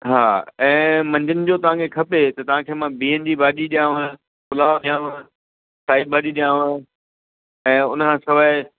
हा ऐंं मंझंदि जो तव्हांखे खपे त तव्हांखे मां बिहन जी भाॼी ॾियाव पुलाव ॾियाव साई भाॼी ॾियाव ऐं उनखां सवाइ